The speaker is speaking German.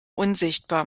unsichtbar